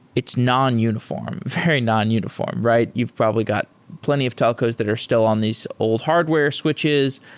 it's non-uniform, very non-uniform, right? you've probably got plenty of telcos that are still on these old hardware switches,